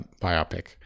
biopic